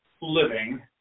living